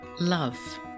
love